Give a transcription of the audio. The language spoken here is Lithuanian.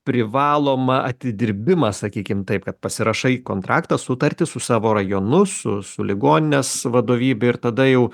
privalomą atidirbimą sakykim taip kad pasirašai kontraktą sutartį su savo rajonu su su ligoninės vadovybe ir tada jau